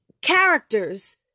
characters